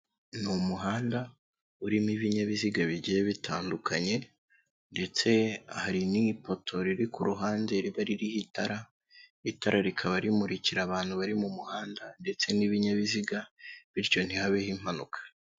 Ni umuhanda, urimo ibinyabiziga bigiye bitandukanye ndetse hari n'ipoto riri ku ruhande riba riri itara, itara rikaba rimurikira abantu bari mu muhanda ndetse n'ibinyabiziga, bityo ntihabeho impanuka.